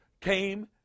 came